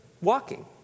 walking